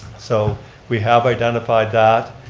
so we have identified that.